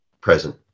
present